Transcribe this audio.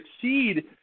succeed